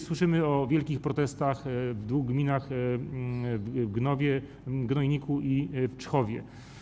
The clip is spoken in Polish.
Słyszymy o wielkich protestach w dwóch gminach - w Gnojniku i w Czchowie.